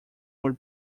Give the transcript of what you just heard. were